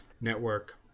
Network